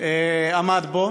שר הבריאות עמד בו